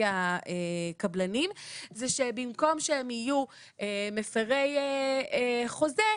הקבלנים זה שבמקום שהם יהיו מפרי חוזה,